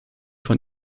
von